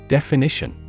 Definition